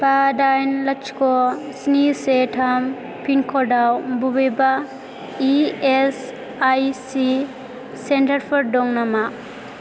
बा दाइन लाथिख' स्नि से थाम पिनक'डआव बबेबा इएसआइसि सेन्टारफोर दं नामा